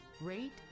rate